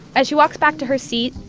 as she walks back to her seat,